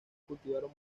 cultivaron